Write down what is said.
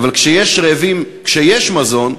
אבל כשיש רעבים כשיש מזון,